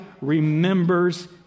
remembers